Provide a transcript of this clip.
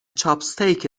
چاپستیک